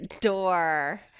door –